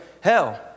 Hell